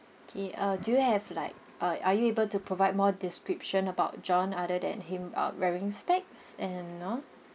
K uh do you have like uh are you able to provide more description about john other than him uh wearing spectacles and all